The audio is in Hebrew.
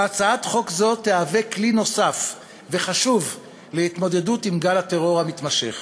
והצעת חוק זו תהווה כלי נוסף וחשוב להתמודדות עם גל הטרור המתמשך.